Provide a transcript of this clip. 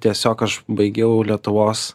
tiesiog aš baigiau lietuvos